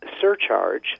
surcharge